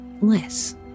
less